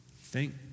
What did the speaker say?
Thank